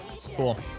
Cool